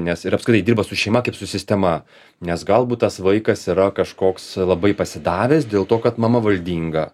nes ir apskritai dirba su šeima kaip su sistema nes galbūt tas vaikas yra kažkoks labai pasidavęs dėl to kad mama valdinga